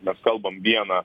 mes kalbam viena